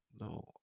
No